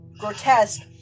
grotesque